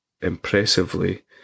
impressively